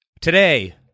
Today